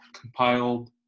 compiled